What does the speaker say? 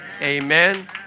Amen